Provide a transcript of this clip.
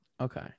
Okay